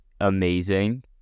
amazing